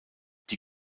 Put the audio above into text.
die